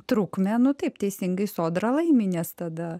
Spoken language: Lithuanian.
trukmę nu taip teisingai sodra laimi nes tada